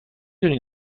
دونی